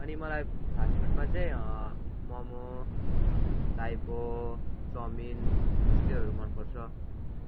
अनि मलाई फास्टफुडमा चाहिँ मोमो ताइपो चौमिन यस्तैहरू मन पर्छ